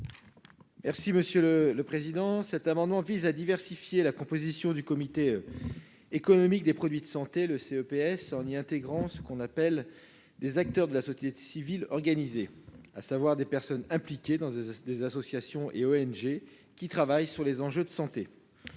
Merci monsieur le président, cet amendement vise à diversifier la composition du comité économique des produits de santé, le CPS, en y intégrant ce qu'on appelle des acteurs de la société civile organisée, à savoir des personnes impliquées dans ces des associations et ONG qui travaillent sur les enjeux de santé